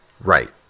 Right